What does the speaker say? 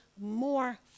more